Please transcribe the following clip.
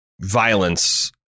violence